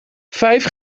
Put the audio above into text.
vijf